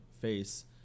face